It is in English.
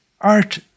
art